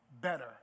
better